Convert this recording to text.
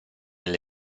alle